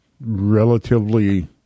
relatively